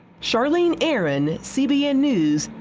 charlene aaron, cbn news,